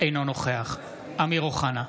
אינו נוכח אמיר אוחנה,